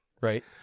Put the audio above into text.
right